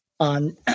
On